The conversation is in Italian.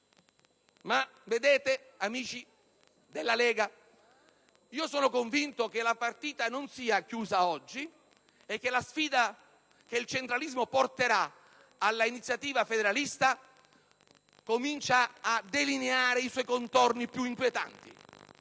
Amici della Lega, sono convinto che la partita non si è chiusa oggi e che la sfida che il centralismo porterà all'iniziativa federalista cominci a delineare i suoi contorni più inquietanti.